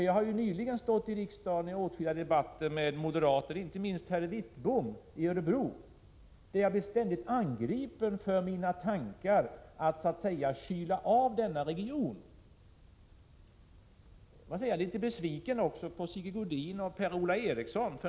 Jag har den senaste tiden här i riksdagen fört åtskilliga debatter med moderater, inte minst med herr Wittbom i Örebro, där jag ständigt har blivit angripen för mina tankar på att så att säga kyla av denna region. Jag är litet besviken på Sigge Godin och Per-Ola Eriksson.